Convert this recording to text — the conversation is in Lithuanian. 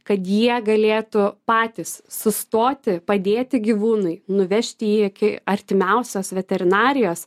kad jie galėtų patys sustoti padėti gyvūnui nuvežti jį iki artimiausios veterinarijos